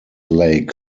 lake